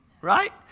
right